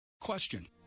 Question